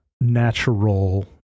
natural